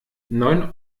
neun